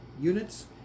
units